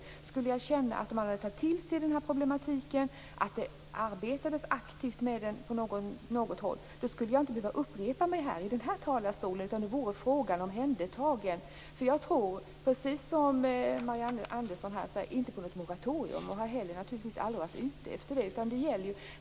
Skulle jag känna att man tagit till sig problematiken, att det arbetades aktivt med den på något håll, skulle jag inte behöva upprepa mig i den här talarstolen, utan då vore frågan omhändertagen. Jag tror precis som Marianne Andersson inte på något moratorium och har naturligtvis heller aldrig varit ute efter det.